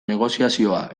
negoziazioa